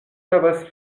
havas